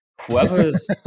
whoever's